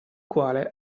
quale